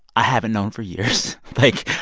i haven't known for years. like,